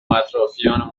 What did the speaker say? اطرافیانمون